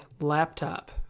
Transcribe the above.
laptop